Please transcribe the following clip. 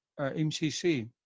MCC